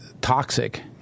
toxic